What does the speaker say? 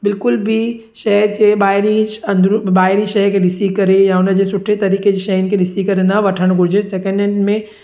बिल्कुलु बि शइ जे ॿाहिरि ई ज अंदरूं ॿाहिरी शइ खे ॾिसी करे या हुनजे सुठे तरीक़े जे शयुनि खे ॾिसी करे न वठणु घुरिजे सेकेंड हैंड में